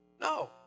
No